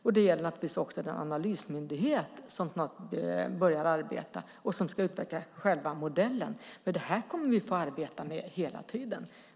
Det gäller naturligtvis också den analysmyndighet som snart börjar arbeta och som ska utveckla själva modellen. Det här kommer vi att få arbeta med hela tiden.